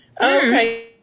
Okay